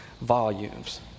volumes